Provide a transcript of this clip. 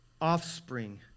offspring